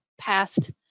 past